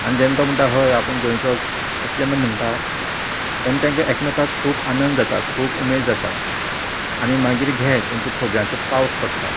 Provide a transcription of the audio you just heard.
आनी जेन्ना तो म्हणटा हय आपूण गोंयचोच अशें जेन्ना म्हणटा तेन्ना तेंका एकामेकाक खूब आनंद जाता खूब उमेद जाता आनी मागीर घे तेंचो खबऱ्यांचो पावस पडटा